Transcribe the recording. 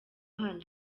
hano